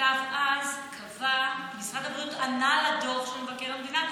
שנכתב אז קבע, משרד הבריאות ענה לדוח מבקר המדינה,